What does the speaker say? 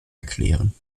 erklären